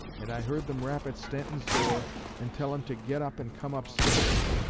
and i heard them rap at stanton's door and tell him to get up and come upstairs.